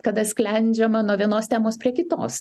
kada sklendžiama nuo vienos temos prie kitos